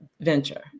venture